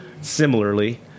similarly